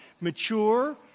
mature